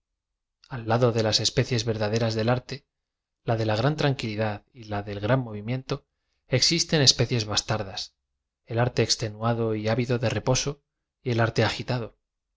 l lado de las especies verdaderas del arte la de li gran tranquilidad y la d l gran m ovim ieoto ezistcif especies bastardas el arte extenuado y ávido de reposo y el arte agitado